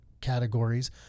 categories